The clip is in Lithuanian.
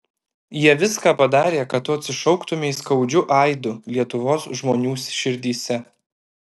jie viską padarė kad tu atsišauktumei skaudžiu aidu lietuvos žmonių širdyse